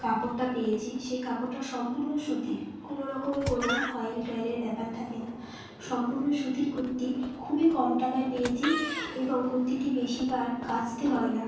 কাপড়টা পেয়েছি সেই কাপড়টা সম্পূর্ণ সুতির কোনো রকম কোনো ফয়েল টয়েলের ব্যাপার থাকে না সম্পূর্ণ সুতির কুর্তি খুবই কম টাকায় পেয়েছি এবং কুর্তিটি বেশিবার কাচতে হয় না